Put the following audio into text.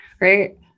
Right